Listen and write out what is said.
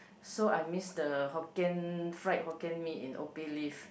so I miss the hokkien fried Hokkien-Mee in Opeh leaf